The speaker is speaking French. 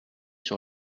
sur